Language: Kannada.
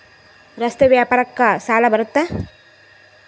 ರಸ್ತೆ ವ್ಯಾಪಾರಕ್ಕ ಸಾಲ ಬರುತ್ತಾ?